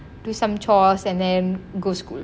do some chores and then go school